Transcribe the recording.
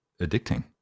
addicting